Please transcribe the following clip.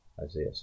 Isaiah